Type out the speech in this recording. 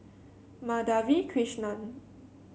Madhavi Krishnan